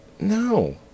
No